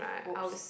oops